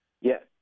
Yes